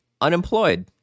unemployed